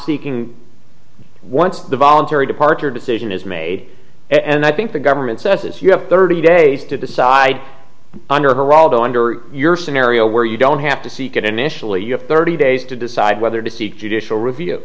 seeking once the voluntary departure decision is made and i think the government says is you have thirty days to decide under heraldo under your scenario where you don't have to seek it initially you have thirty days to decide whether to seek judicial review